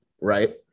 right